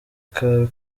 kawe